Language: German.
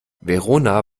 verona